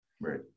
Right